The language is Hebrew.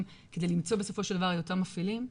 כדי למצוא בסופו של דבר את אותם מפעילים.